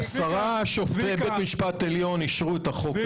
עשרה שופטי בית משפט עליון אישרו את החוק,